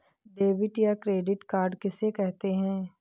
Debit या credit card किसे कहते हैं?